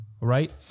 right